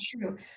true